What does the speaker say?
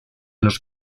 los